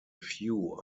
few